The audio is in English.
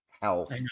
Health